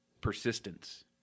persistence